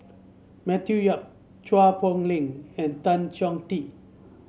Matthew Yap Chua Poh Leng and Tan Chong Tee